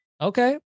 Okay